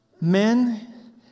men